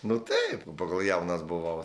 nu taip po kol jaunas buvau